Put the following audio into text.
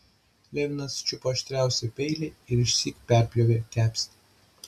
levinas čiupo aštriausią peilį ir išsyk perpjovė kepsnį